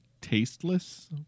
tasteless